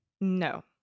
No